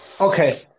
Okay